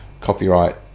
copyright